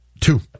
Two